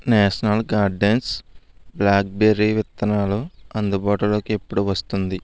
national Gardens blackberry విత్తనాలు అందుబాటులోకి ఎప్పుడు వస్తుంది